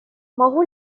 могу